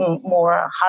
more